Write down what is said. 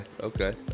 okay